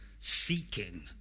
seeking